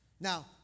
Now